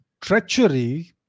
treachery